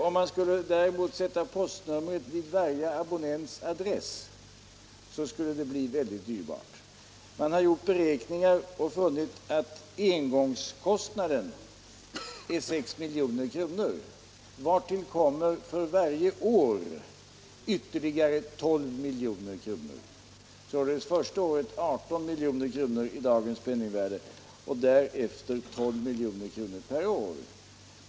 Om man däremot skulle sätta postnummret vid varje telefonabonnents adress, skulle det bli väldigt dyrbart. Man har gjort beräkningar och funnit att engångskostnaden blir 6 milj.kr., vartill kommer för varje år ytterligare 12 milj.kr., således första året 18 milj.kr. i dagens penningvärde och därefter 12 milj.kr. per år.